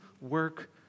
work